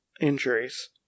injuries